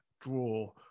draw